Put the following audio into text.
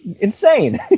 insane